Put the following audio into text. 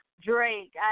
Drake